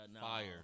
Fire